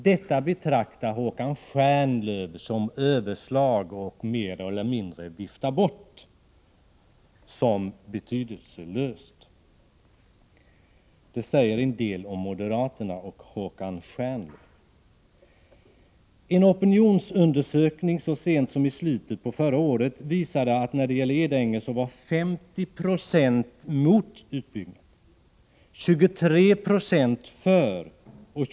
Detta betraktar Håkan Stjernlöf som överslag, som han mer eller mindre kan vifta bort som någonting betydelselöst. Detta säger en del om moderaterna och om Håkan Stjernlöf. En opinionsundersökning beträffande utbyggnad av Edänge så sent som i slutet av förra året visade att 50 96 av de tillfrågade personerna var emot utbyggnad och 23 96 för.